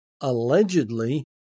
allegedly